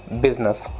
business